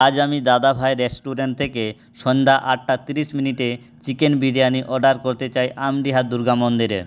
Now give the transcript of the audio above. আজ আমি দাদাভাই রেস্টুরেন্ট থেকে সন্ধ্যা আটটা তিরিশ মিনিটে চিকেন বিরিয়ানি অর্ডার করতে চাই আমডিহা দুর্গা মন্দিরে